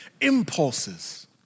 impulses